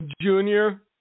junior